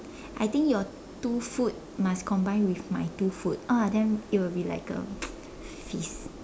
I think your two food must combine with my two food ah then it will be like a feast